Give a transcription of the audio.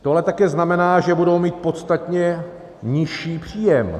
To ale také znamená, že budou mít podstatně nižší příjem.